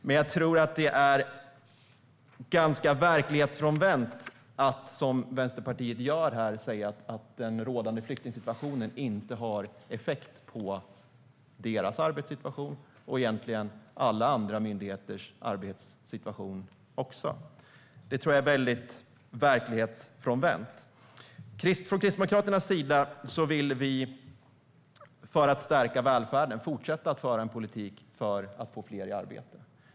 Men jag tycker att det är verklighetsfrånvänt att, som Vänsterpartiet gör, säga att den rådande flyktingsituationen inte har effekt på deras arbetssituation; det gäller egentligen alla myndigheters arbetssituation. Från Kristdemokraternas sida vill vi för att stärka välfärden fortsätta att föra en politik för att få fler i arbete.